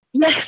Yes